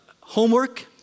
homework